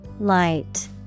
Light